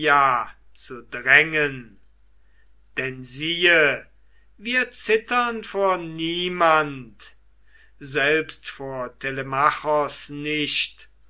zu drängen denn siehe wir zittern vor niemand selbst vor telemachos nicht